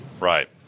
Right